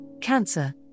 Cancer